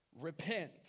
Repent